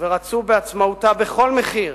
ורצו בעצמאותה בכל מחיר,